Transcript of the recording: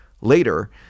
Later